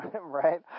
Right